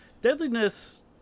Deadliness